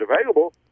available